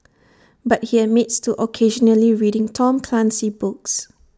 but he admits to occasionally reading Tom Clancy books